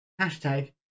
Hashtag